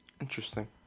Interesting